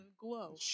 glow